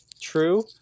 true